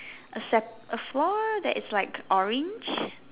a sep~ a floor that is like orange